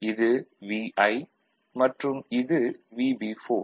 இது Vi மற்றும் இது VB4